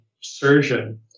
surgeon